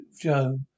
Joe